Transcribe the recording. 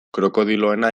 krokodiloena